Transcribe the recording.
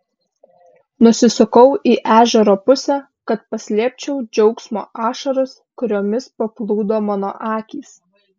nusisukau į ežero pusę kad paslėpčiau džiaugsmo ašaras kuriomis paplūdo mano akys